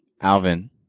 Alvin